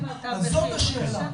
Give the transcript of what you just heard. זאת השאלה.